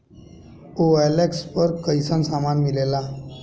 OLX पर कइसन सामान मीलेला?